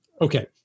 Okay